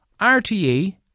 RTE